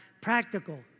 practical